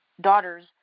daughters